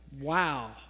Wow